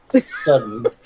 Sudden